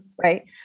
Right